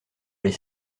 les